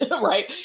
Right